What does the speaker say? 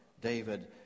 David